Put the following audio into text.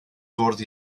fwrdd